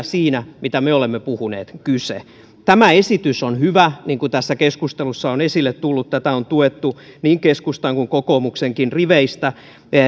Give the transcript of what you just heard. siinä mitä me olemme puhuneet tämä esitys on hyvä niin kuin tässä keskustelussa on esille tullut tätä on tuettu niin keskustan kuin kokoomuksenkin riveistä